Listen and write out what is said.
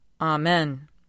Amen